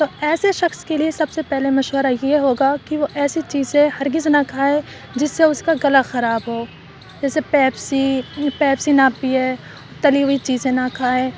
تو ایسے شخص کے لیے سب سے پہلے مشورہ یہ ہوگا کہ وہ ایسی چیزیں ہرگز نہ کھائے جس سے اس کا گلا خراب ہو جیسے پیپسی پیپسی نہ پیئے تلی ہوئی چیزیں نہ کھائے